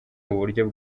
uburyo